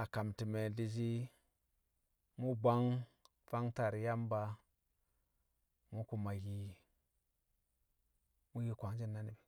a kam ti̱me̱ di̱shi mṵ bwang fang taar Yamba mṵ kuma yi- mṵ yi kwangshi̱n na ni̱bi̱